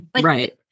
Right